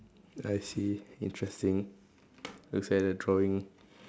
I see interesting looks like the drawing